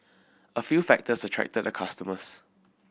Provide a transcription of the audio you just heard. a few factors attracted the customers